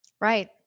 Right